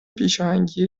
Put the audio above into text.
پیشاهنگی